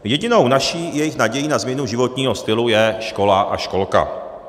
Jedinou naší i jejich nadějí na změnu životního stylu je škola a školka.